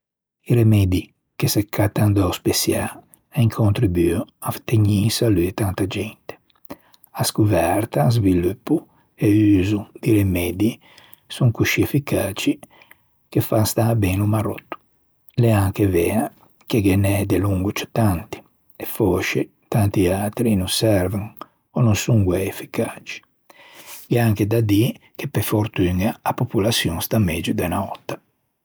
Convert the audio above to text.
I remeddi che se cattan da-o spessiâ an contribuo a tegnî in salute tanta gente. A scoverta, o sviluppo e uso di remeddi son coscì efficaci che fan stâ ben o maròtto. L'é anche vea che ghe n'é delongo ciù tanti e fòsce tanti atri no servan o no son guæi efficaci. Gh'é anche da dî che pe fortuña a popolaçion a stà megio de n'öta.